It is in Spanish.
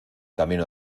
camino